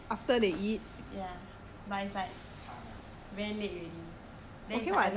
ya but it is like very late already then is like I don't want to stay over